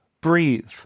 breathe